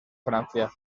francia